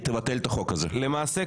דוד אמסלם,